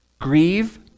Grieve